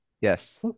Yes